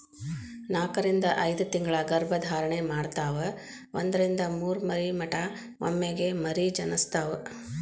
ನಾಕರಿಂದ ಐದತಿಂಗಳ ಗರ್ಭ ಧಾರಣೆ ಮಾಡತಾವ ಒಂದರಿಂದ ಮೂರ ಮರಿ ಮಟಾ ಒಮ್ಮೆಗೆ ಮರಿ ಜನಸ್ತಾವ